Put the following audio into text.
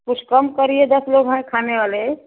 कुछ कम करिए दस लोग हैं खाने वाले